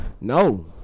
No